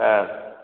ஆ